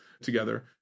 together